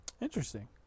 Interesting